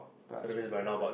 plus already lah